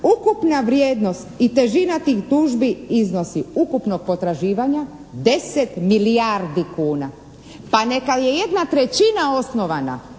ukupna vrijednost i težina tih tužbi iznosi ukupnog potraživanja 10 milijardi kuna. Pa neka je jedna trećina osnovana